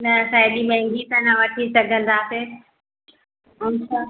न असां एॾी महा्गी त वठीं सघंदासीं अच्छ